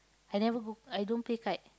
I never go I don't play kite